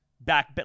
back